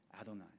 Adonai